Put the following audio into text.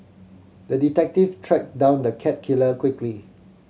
the detective tracked down the cat killer quickly